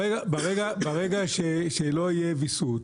ברגע שלא יהיה ויסות,